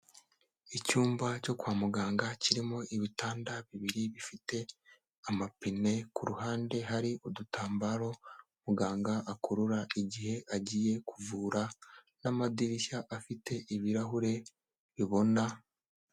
Icyumba cyo kwa muganga, kirimo ibitanda bibiri bifite amapine, ku ruhande hari udutambaro muganga akurura igihe agiye kuvura n'amadirishya afite ibirahure bibona.